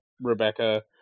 Rebecca